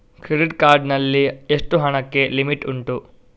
Credit card ನಲ್ಲಿ ಎಷ್ಟು ಹಣಕ್ಕೆ ಲಿಮಿಟ್ ಉಂಟು?